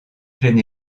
plein